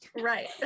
right